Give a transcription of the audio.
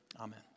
Amen